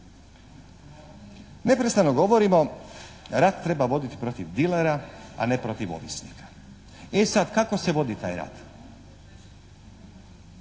Neprestano govorimo: «Rat treba voditi protiv dilera a ne protiv ovisnika.» E sad kako se vodi taj rat?